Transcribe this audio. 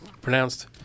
pronounced